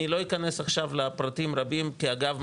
אני לא אכנס עכשיו לפרטים רבים כי אגב,